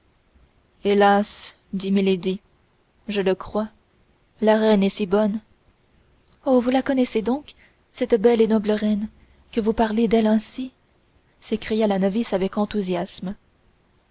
hélas dit milady je le crois la reine est si bonne oh vous la connaissez donc cette belle et noble reine que vous parlez d'elle ainsi s'écria la novice avec enthousiasme